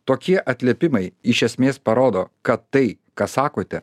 tokie atliepimai iš esmės parodo kad tai ką sakote